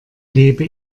lebe